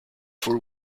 for